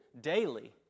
Daily